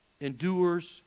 endures